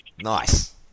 Nice